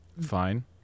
fine